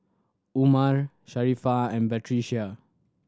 Umar Sharifah and Batrisya